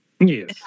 Yes